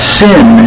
sin